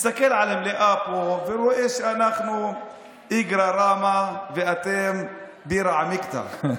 מסתכל על המליאה פה ורואה שאנחנו איגרא רמא ואתם בירא עמיקתא.